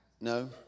No